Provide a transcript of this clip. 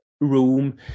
room